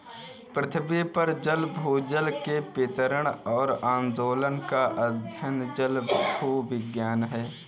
पृथ्वी पर जल भूजल के वितरण और आंदोलन का अध्ययन जलभूविज्ञान है